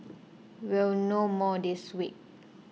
we'll know more this week